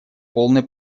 полной